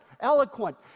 eloquent